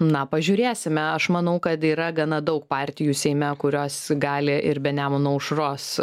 na pažiūrėsime aš manau kad yra gana daug partijų seime kurios gali ir be nemuno aušros